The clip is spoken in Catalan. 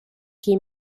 qui